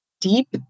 deep